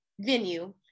venue